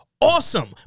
Awesome